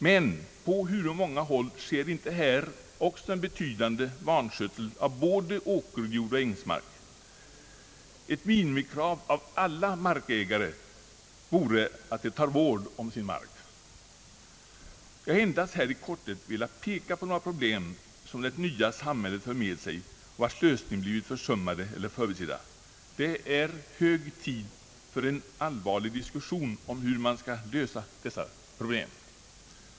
Men på hur många håll sker inte här en betydande vanskötsel av både åkerjord och ängsmark. Ett minimikrav på alla markägare borde vara att de tar vård om sin mark. Jag har här endast i korthet velat peka på några problem som det nya samhället för med sig och vilkas lösning har blivit försummad eller förbisedd. Det är hög tid för en allvarlig diskussion om hur man skall lösa detta problem.